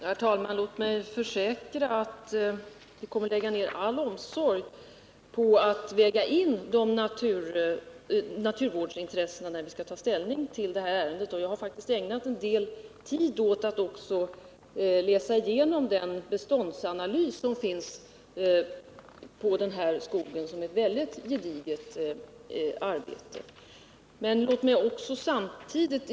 Herr talman! Låt mig försäkra att vi kommer att lägga ner all omsorg på att väga in naturvårdsintressena när vi skall ta ställning till detta. Jag har faktiskt ägnat en del tid åt att läsa igenom den beståndsanalys för denna skog som finns och som är baserad på ett mycket gediget arbete.